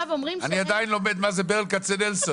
אני עדיין לומד מה זה ברל כצנלסון.